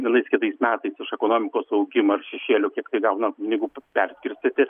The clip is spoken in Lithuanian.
vienais kitais metais už ekonomikos augimą ir šešėlių kiek tai gauna pinigų perskirstyti